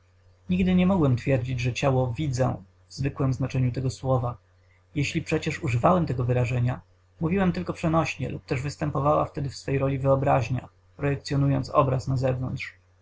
nigdy nie mogłem twierdzić że ciało widzę w zwykłem znaczeniu tego słowa jeśli przecież używałem tego wyrażenia mówiłem tylko przenośnie lub też występowała wtedy w swej roli wyobraźnia projekcyonując obraz na zewnątrz